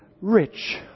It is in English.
rich